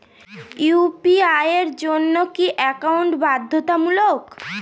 UPI এর জন্য কি একাউন্ট বাধ্যতামূলক?